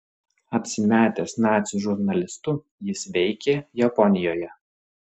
apsimetęs nacių žurnalistu jis veikė japonijoje